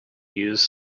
use